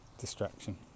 Distraction